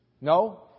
No